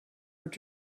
what